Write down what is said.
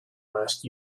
last